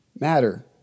matter